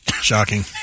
Shocking